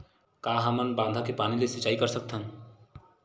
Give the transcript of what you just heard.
का हमन बांधा के पानी ले सिंचाई कर सकथन?